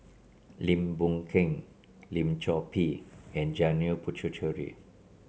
Lim Boon Keng Lim Chor Pee and Janil Puthucheary